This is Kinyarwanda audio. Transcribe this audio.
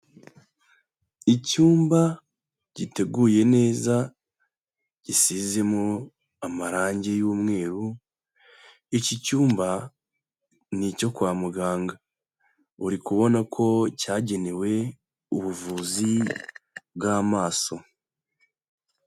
Icyumba giteguye neza gisizemo amarangi y'umweru. Iki cyumba ni icyo kwa muganga, uri kubona ko cyagenewe ubuvuzi bw'amaso.